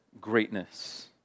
greatness